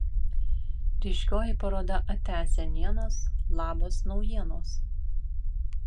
ryškioji paroda atia senienos labas naujienos